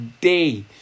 day